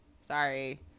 Sorry